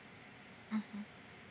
mmhmm